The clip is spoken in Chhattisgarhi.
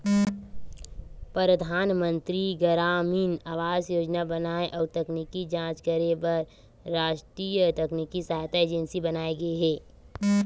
परधानमंतरी गरामीन आवास योजना बनाए अउ तकनीकी जांच करे बर रास्टीय तकनीकी सहायता एजेंसी बनाये गे हे